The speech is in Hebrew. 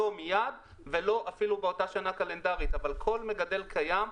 לא מיד ואפילו לא באותה שנה קלנדרית אבל כל מגדל קיים,